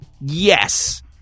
yes